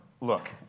look